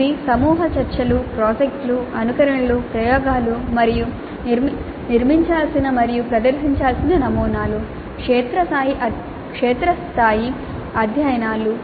ఇది సమూహ చర్చలు ప్రాజెక్టులు అనుకరణలు ప్రయోగాలు మరియు నిర్మించాల్సిన మరియు ప్రదర్శించాల్సిన నమూనాలు క్షేత్రస్థాయి అధ్యయనాలు